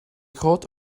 groot